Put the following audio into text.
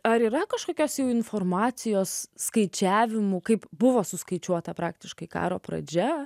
ar yra kažkokios informacijos skaičiavimų kaip buvo suskaičiuota praktiškai karo pradžia